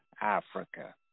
Africa